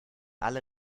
alle